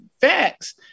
facts